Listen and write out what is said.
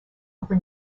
over